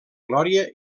glòria